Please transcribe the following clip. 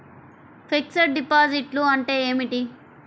Fixed డిపాజిట్లు అంటే ఏమిటి?